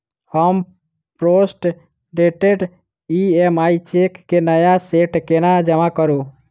हम postdated EMI cheque केँ नया सेट केना जमा करू?